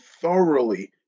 thoroughly